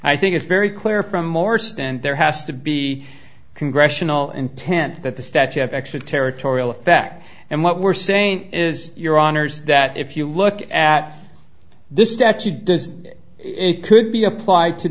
i think it's very clear from more stand there has to be congressional intent that the statute extraterritorial effect and what we're saying is your honour's that if you look at this statute does it could be applied to